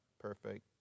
perfect